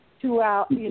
throughout